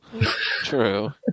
True